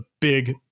big